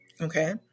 okay